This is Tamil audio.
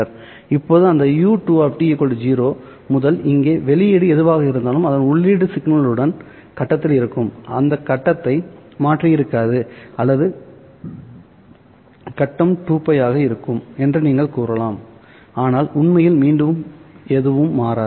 இப்போது அந்த u2 0 முதல் இங்கே வெளியீடு எதுவாக இருந்தாலும் அது உள்ளீட்டு சிக்னலுடன் கட்டத்தில் இருக்கும் அதன் கட்டத்தை மாற்றியிருக்காது அல்லது கட்டம் 2π ஆக இருக்கும் என்று நீங்கள் கூறலாம் ஆனால் உண்மையில் மீண்டும் எதுவும் மாறாது